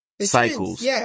cycles